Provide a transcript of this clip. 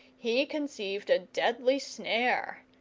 he conceived a deadly snare.